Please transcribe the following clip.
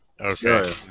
Okay